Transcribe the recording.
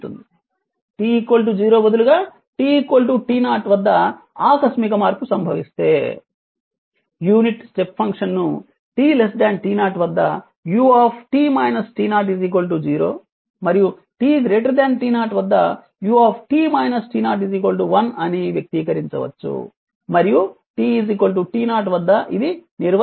t 0 బదులుగా t t 0 t0 0 వద్ద ఆకస్మిక మార్పు సంభవిస్తే యూనిట్ స్టెప్ ఫంక్షన్ను t t0 వద్ద u 0 మరియు t t0 వద్ద u 1 అని వ్యక్తీకరించవచ్చు మరియు t t0 వద్ద ఇది నిర్వచించబడలేదు